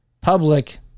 public